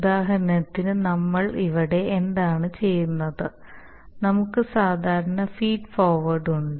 ഉദാഹരണത്തിന് നമ്മൾ ഇവിടെ എന്താണ് ചെയ്യുന്നത് നമുക്ക്സാധാരണ ഫീഡ് ഫോർവേഡ് ഉണ്ട്